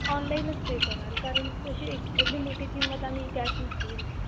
ऑनलाईनच पे कराल कारणकी कशी एवढी मोठी किंमत आम्ही कॅश नसते घेत